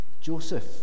Joseph